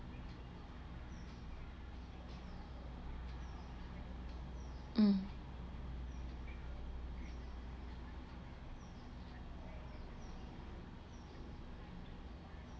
mm